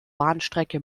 bahnstrecke